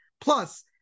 Plus